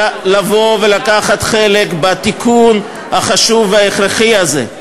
אלא לבוא ולקחת חלק בתיקון החשוב וההכרחי הזה.